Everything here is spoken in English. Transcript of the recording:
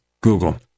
Google